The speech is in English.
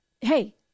hey